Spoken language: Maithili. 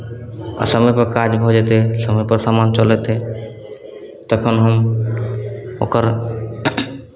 आ समयपर काज भऽ जेतै समयपर समान चलि अयतै तखन हम ओकर